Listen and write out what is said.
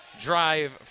Drive